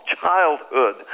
childhood